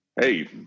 hey